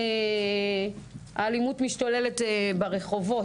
אני מהלשכה המשפטית במשרד לביטחון לאומי.